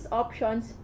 options